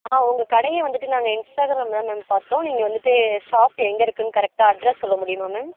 ஆ உங்கள் கடையை வந்துட்டு நாங்கள் இன்ஸ்டாகிராமில் தான் மேம் பார்த்தோம் நீங்கள் வந்துட்டு ஷாப் எங்கே இருக்குதுனு கரெக்டாக அட்ரஸ் சொல்ல முடியுமா மேம்